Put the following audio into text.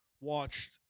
watched